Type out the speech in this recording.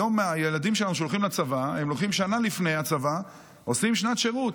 היום הילדים שלנו שהולכים לצבא לוקחים שנה לפני הצבא ועושים שנת שירות.